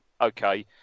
okay